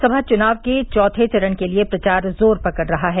लोकसभा चुनाव के चौथे चरण के लिए प्रचार जोर पकड़ रहा है